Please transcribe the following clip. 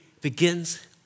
begins